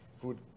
Food